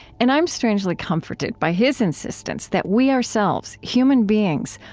and i'm strangely comforted by his insistence that we ourselves, human beings,